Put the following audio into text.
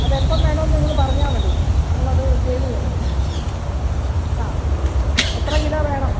അത് എപ്പം വേണം എന്ന് നിങ്ങൾ പറഞ്ഞാൽ മതി ഞങ്ങൾ അത് ചെയ്ത് തരാം ഉം ആ എത്ര കിലോ വേണം